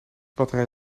batterij